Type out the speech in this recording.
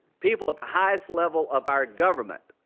people at the highest level of our government